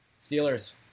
Steelers